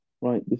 Right